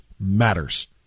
matters